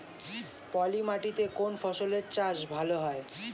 পলি মাটিতে কোন ফসলের চাষ ভালো হয়?